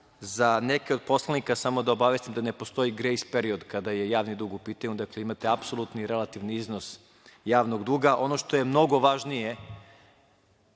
za neke od poslanika samo da obavestim da ne postoji grejs-period kada je javni dug u pitanju, dakle imate apsolutni i relativni iznos javnog duga. Ono što je mnogo važnije